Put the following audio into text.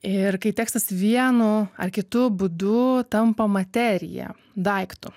ir kai tekstas vienu ar kitu būdu tampa materija daiktu